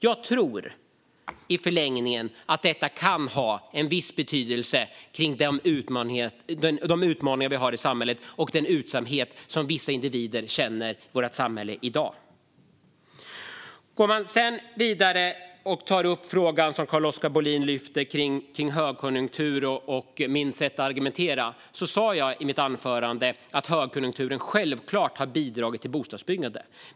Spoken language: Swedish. Jag tror i förlängningen att detta kan ha en viss betydelse för de utmaningar vi har i samhället och den utsatthet som vissa individer känner i vårt samhälle i dag. Jag går vidare och tar upp frågan som Carl-Oskar Bohlin lyfter fram om högkonjunktur och mitt sätt att argumentera. Jag sa i mitt anförande att högkonjunkturen självklart har bidragit till bostadsbyggande.